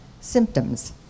symptoms